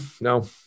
No